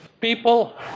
people